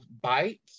bite